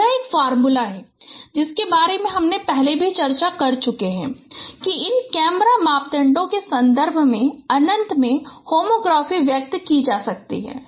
यह एक फॉर्मूला है जिसके बारे में हम पहले भी चर्चा कर चुके हैं कि इन कैमरा मापदंडों के संदर्भ में अनंत पर होमोग्राफी व्यक्त की जा सकती है